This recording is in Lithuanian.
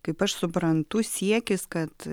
kaip aš suprantu siekis kad